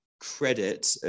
credit